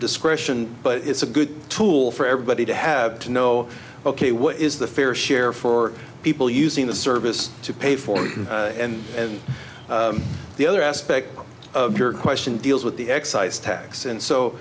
discretion but it's a good tool for everybody to have to know ok what is the fair share for people using the service to pay for and and the other aspect of your question deals with the excise tax and so